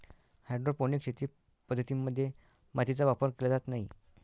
hydroponic शेती पद्धतीं मध्ये मातीचा वापर केला जात नाही